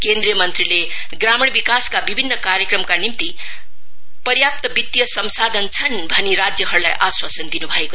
केन्द्रीय मंत्रीले ग्रामीण विकासका विभिन्न कार्यक्रमका निम्ति पर्याप्त वित्तीय संसाधन छन् भनी राज्यहरुलाई आश्वासन दिनु भयो